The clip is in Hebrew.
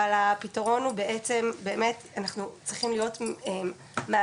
אבל הפתרון הוא בעצם באמת אנחנו צריכים להיות מעשיים,